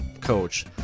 coach